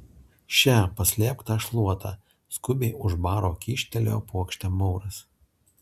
še paslėpk tą šluotą skubiai už baro kyštelėjo puokštę mauras